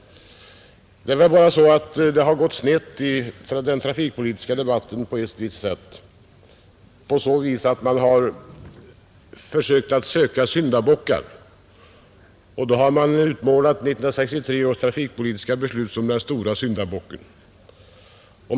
Det förefaller som om den trafikpolitiska debatten blivit snedvriden på ett visst sätt; man söker efter syndabockar, och då har man utmålat 1963 års trafikpolitiska beslut som den stora syndabocken.